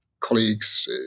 colleagues